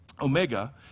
Omega